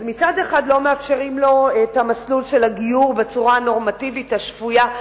אז מצד אחד לא מאפשרים לו את המסלול של הגיור בצורה הנורמטיבית השפויה,